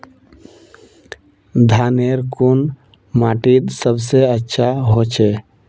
धानेर कुन माटित सबसे अच्छा होचे?